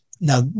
Now